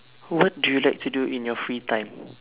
what do you like to do in your free time